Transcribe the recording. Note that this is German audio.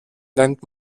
nennt